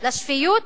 לשפיות?